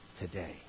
today